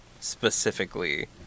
specifically